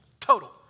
Total